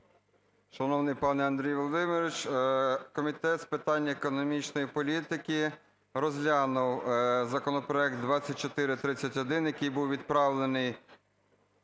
Шановний пане Андрій Володимирович, Комітет з питань економічної політики розглянув законопроект 2431, який був відправлений